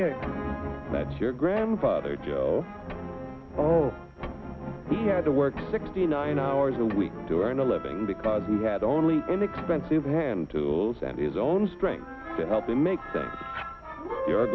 character that's your grandfather joe he had to work sixty nine hours a week to earn a living because he had only inexpensive hand tools and his own strength to help him make